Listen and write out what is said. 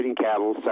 cattle